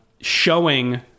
Showing